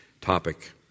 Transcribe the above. topic